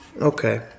Okay